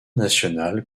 national